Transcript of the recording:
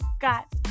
got